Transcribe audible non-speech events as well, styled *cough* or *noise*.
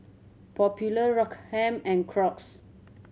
Popular *unintelligible* and Crocs